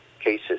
cases